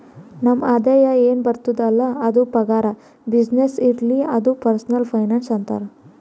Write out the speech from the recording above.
ನಮ್ ಆದಾಯ ಎನ್ ಬರ್ತುದ್ ಅಲ್ಲ ಅದು ಪಗಾರ, ಬಿಸಿನ್ನೆಸ್ನೇ ಇರ್ಲಿ ಅದು ಪರ್ಸನಲ್ ಫೈನಾನ್ಸ್ ಅಂತಾರ್